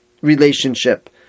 relationship